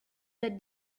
that